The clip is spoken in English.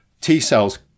T-cells